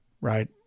right